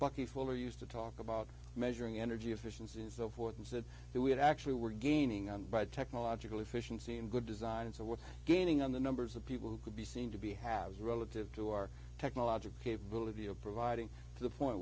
bucky fuller used to talk about measuring energy efficiency and so forth and said that we have actually we're gaining on by technological efficiency and good design and so we're gaining on the numbers of people who could be seen to be haves relative to our technological capability of providing the point